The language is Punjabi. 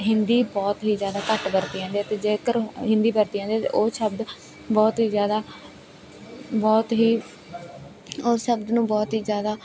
ਹਿੰਦੀ ਬਹੁਤ ਹੀ ਜ਼ਿਆਦਾ ਘੱਟ ਵਰਤੀ ਜਾਂਦੀ ਆ ਅਤੇ ਜੇਕਰ ਹਿੰਦੀ ਵਰਤੀ ਜਾਂਦੀ ਆ ਉਹ ਸ਼ਬਦ ਬਹੁਤ ਹੀ ਜ਼ਿਆਦਾ ਬਹੁਤ ਹੀ ਉਹ ਸ਼ਬਦ ਨੂੰ ਬਹੁਤ ਹੀ ਜ਼ਿਆਦਾ